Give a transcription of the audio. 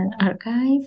Archive